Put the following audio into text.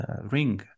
ring